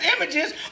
images